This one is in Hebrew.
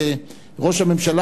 וראש הממשלה,